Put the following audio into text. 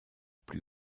plus